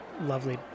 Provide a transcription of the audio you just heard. lovely